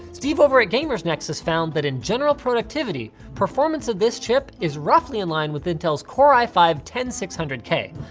steve over at gamers nexus found that in general productivity, performance of this chip is roughly in line with intel's core i five, ten thousand six hundred k,